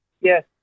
Yes